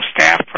staff